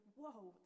whoa